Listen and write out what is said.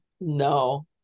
no